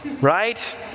right